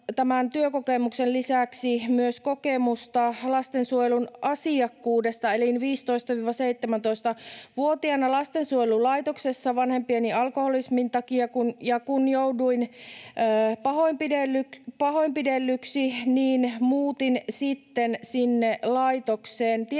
tämän työkokemukseni lisäksi kokemusta lastensuojelun asiakkuudesta. Elin 15—17-vuotiaana lastensuojelulaitoksessa vanhempieni alkoholismin takia. Kun jouduin pahoinpidellyksi, niin muutin sitten sinne laitokseen. Tiedän